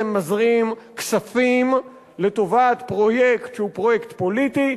מזרים כספים לטובת פרויקט שהוא פרויקט פוליטי,